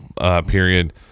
period